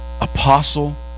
apostle